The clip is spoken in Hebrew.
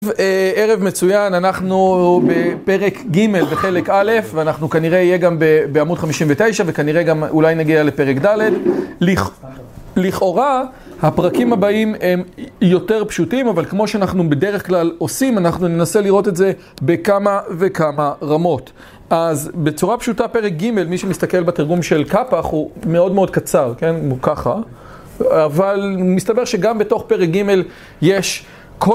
ערב מצוין, אנחנו בפרק ג' בחלק א', ואנחנו כנראה יהיה גם בעמוד 59 וכנראה גם אולי נגיע לפרק ד'. לכאורה הפרקים הבאים הם יותר פשוטים, אבל כמו שאנחנו בדרך כלל עושים, אנחנו ננסה לראות את זה בכמה וכמה רמות. אז בצורה פשוטה פרק ג', מי שמסתכל בתרגום של קפאח, הוא מאוד מאוד קצר, כן? הוא ככה. אבל מסתבר שגם בתוך פרק ג' יש כל...